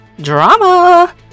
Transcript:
Drama